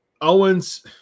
owens